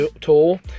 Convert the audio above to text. tool